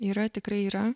yra tikrai yra